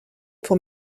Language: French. pour